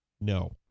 no